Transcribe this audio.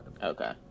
Okay